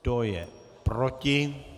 Kdo je proti?